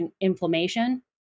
inflammation